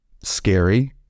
scary